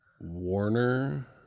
Warner